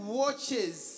watches